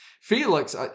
Felix